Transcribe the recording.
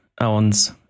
owns